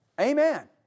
Amen